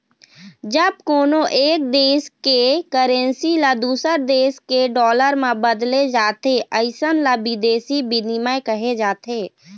जब कोनो एक देस के करेंसी ल दूसर देस के डॉलर म बदले जाथे अइसन ल बिदेसी बिनिमय कहे जाथे